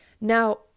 Now